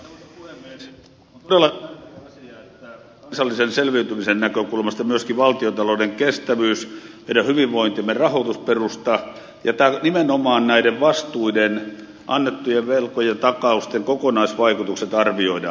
on todella tärkeä asia että kansallisen selviytymisen näkökulmasta myöskin valtiontalouden kestävyys meidän hyvinvointimme rahoitusperusta ja nimenomaan näiden vastuiden annettujen velkojen takausten kokonaisvaikutukset arvioidaan